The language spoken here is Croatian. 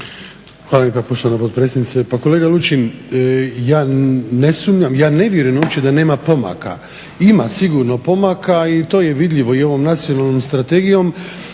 Hvala lijepa poštovana potpredsjednice. Pa kolega Lučin, ja ne sumnjam, ja ne vjerujem uopće da nema pomaka. Ima sigurno pomaka i to je vidljivo i ovom nacionalnom strategijom.